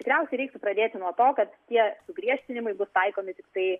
tikriausiai reiktų pradėti nuo to kad tie sugriežtinimai bus taikomi tiktai